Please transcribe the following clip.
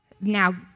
now